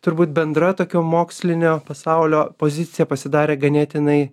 turbūt bendra tokio mokslinio pasaulio pozicija pasidarė ganėtinai